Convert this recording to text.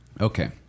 Okay